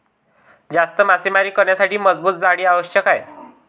जास्त मासेमारी करण्यासाठी मजबूत जाळी आवश्यक आहे